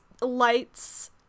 light's